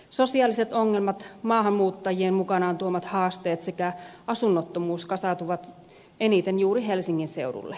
sosiaaliset ongelmat maahanmuuttajien mukanaan tuomat haasteet sekä asunnottomuus kasautuvat eniten juuri helsingin seudulle